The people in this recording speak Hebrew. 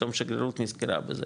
שפתאום השגרירות נזכרה בזה,